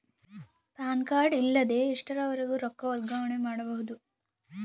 PAN card ಇಲ್ಲದ ಎಷ್ಟರವರೆಗೂ ರೊಕ್ಕ ವರ್ಗಾವಣೆ ಮಾಡಬಹುದು?